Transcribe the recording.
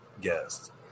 guest